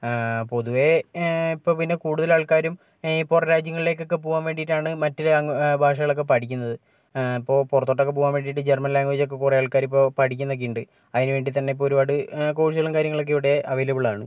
പൊതുവേ ഇപ്പോൾപ്പിന്നെ കൂടുതൽ ആൾക്കാരും ഈ പുറം രാജ്യങ്ങളിലേക്കൊക്കെ പോകുവാൻ വേണ്ടിയിട്ടാണ് മറ്റു ഭാഷകളൊക്കെ പഠിക്കുന്നത് ഇപ്പോൾ പുറത്തോട്ടൊക്കെ പോകുവാൻ വേണ്ടിയിട്ട് ജർമൻ ലാംഗ്വേജൊക്കെ കുറേ ആൾക്കാരിപ്പോൾ പഠിക്കുന്നൊക്കെയുണ്ട് അതിന് വേണ്ടിത്തന്നെ ഇപ്പോൾ ഒരുപാട് കോഴ്സുകളും കാര്യങ്ങളൊക്കെ ഇവിടെ അവൈലബിളാണ്